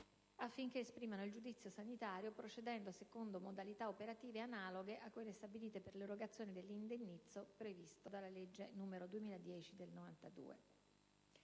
affinché esprimano il giudizio sanitario procedendo secondo modalità operative analoghe a quelle stabilite per l'erogazione dell'indennizzo previsto dalla legge n. 210 del 1992.